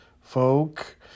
folk